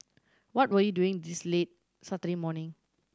what were you doing this late Saturday morning